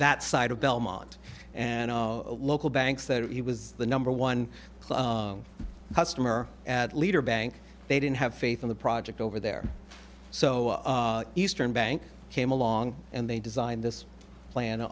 that side of belmont and local banks that he was the number one customer at leader bank they didn't have faith in the project over there so eastern bank came along and they designed this plan